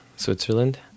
Switzerland